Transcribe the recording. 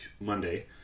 Monday